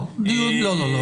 לא, לא.